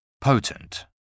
Potent